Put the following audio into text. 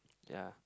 ya